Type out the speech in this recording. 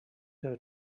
her